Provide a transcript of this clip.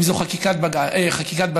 אם זו חקיקת בזק,